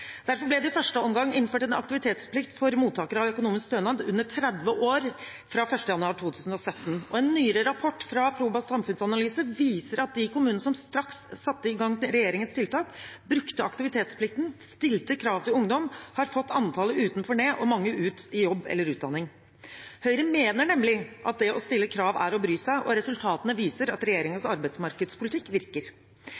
Derfor ble det i første omgang innført en aktivitetsplikt for mottakere av økonomisk stønad under 30 år fra 1. januar 2017, og en nyere rapport fra Proba samfunnsanalyse viser at de kommunene som straks satte i gang regjeringens tiltak, brukte aktivitetsplikten, stilte krav til ungdom, har fått antallet utenfor ned og mange ut i jobb eller utdanning. Høyre mener nemlig at det å stille krav er å bry seg, og resultatene viser at